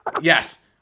Yes